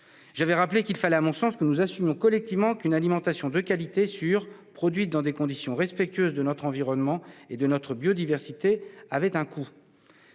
J'avais rappelé qu'il fallait, à mon sens, assumer collectivement le fait qu'une alimentation de qualité, sûre, produite dans des conditions respectueuses de notre environnement et de notre biodiversité ait un coût.